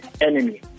enemy